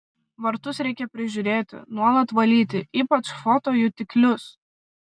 vartus reikia prižiūrėti nuolat valyti ypač fotojutiklius